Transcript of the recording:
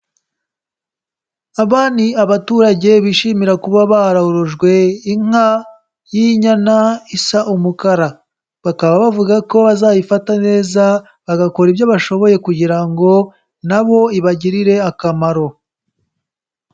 Aba ni abaturage bishimira kuba barorojwe inka y'inyana isa umukara, bakaba bavuga ko bazayifata neza bagakora ibyo bashoboye kugira ngo na bo ibagirire akamaro.